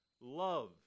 Love